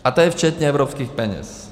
A to je včetně evropských peněz.